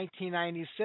1996